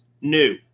new